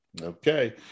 Okay